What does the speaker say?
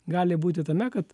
gali būti tame kad